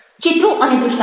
ચિત્રો અને દ્રષ્ટાન્તો